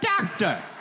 doctor